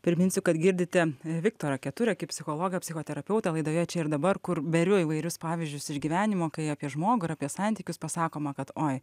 priminsiu kad girdite viktorą keturakį psichologą psichoterapeutą laidoje čia ir dabar kur beriu įvairius pavyzdžius iš gyvenimo kai apie žmogų ir apie santykius pasakoma kad oi